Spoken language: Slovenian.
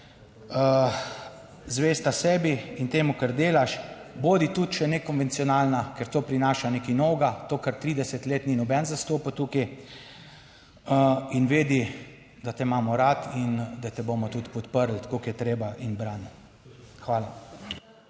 zvesta sebi in temu, kar delaš. Bodi tudi še nekonvencionalna, ker to prinaša nekaj novega, to kar 30 let ni noben zastopal tukaj. Vedi, da te imamo radi in da te bomo tudi podprli, tako kot je treba in branje.